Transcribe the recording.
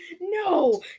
No